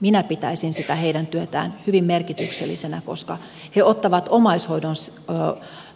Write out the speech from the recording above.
minä pitäisin sitä heidän työtään hyvin merkityksellisenä koska he ottavat omaishoidon